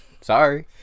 Sorry